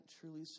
truly